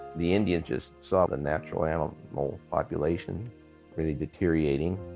the indians just saw the natural animal population really deteriorating,